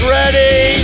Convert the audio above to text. ready